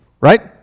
right